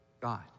God